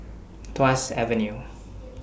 Tuas Avenue